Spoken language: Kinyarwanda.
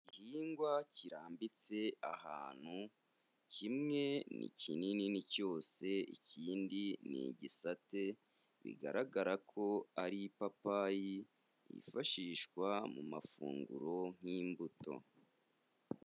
Igihingwa kirambitse ahantu kimwe ni kinini ni cyose, ikindi ni igisate bigaragara ko ari ipapayi yifashishwa mu mafunguro nk'imbuto.